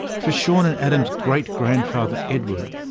for sean and adam's great-grandfather edward,